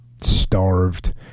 starved